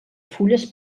fulles